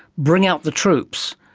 bring out the troops.